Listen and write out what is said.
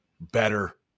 better